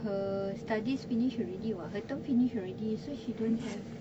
her studies finish already [what] her term finish already so she don't have